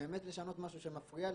באמת לשנות משהו שמפריע.